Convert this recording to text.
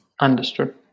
Understood